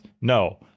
No